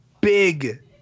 big